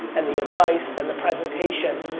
and the advice, and the presentation,